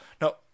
Now